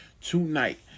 tonight